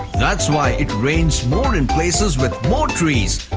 that's why it rains more in places with more trees,